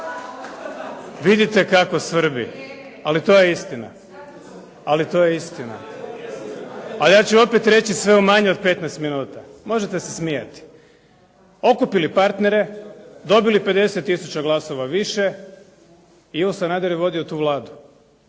Vidite kako svrbi, ali to je istina. A ja ću opet reći sve u manje od 15 minuta. Možete se smijati. Okupili partnere, dobili 50 tisuća glasova više. Ivo Sanader je vodio tu Vladu.